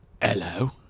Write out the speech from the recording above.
Hello